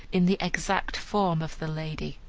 in the exact form of the lady.